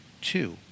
Two